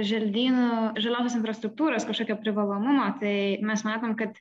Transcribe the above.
želdynų žaliosios infrastruktūros kažkokio privalomumo tai mes matom kad